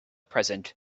present